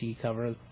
cover